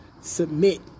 submit